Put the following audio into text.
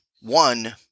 One